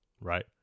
Right